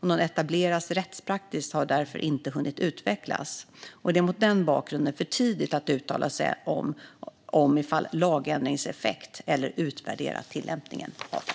Någon etablerad rättspraxis har därför inte hunnit utvecklas. Det är mot den bakgrunden för tidigt att uttala sig om lagändringens effekt eller utvärdera tillämpningen av den.